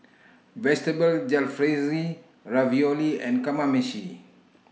Vegetable Jalfrezi Ravioli and Kamameshi